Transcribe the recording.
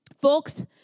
Folks